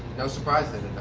no surprise in